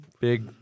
big